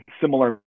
similar